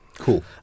Cool